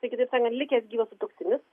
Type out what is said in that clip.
tai kitaip sakant likęs gyvas sutuoktinis